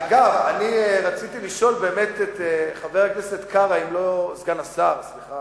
אגב, רציתי לשאול באמת, אם סגן השר קרא